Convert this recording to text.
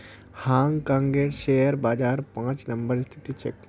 हांग कांगेर शेयर बाजार पांच नम्बरत स्थित छेक